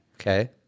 Okay